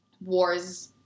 wars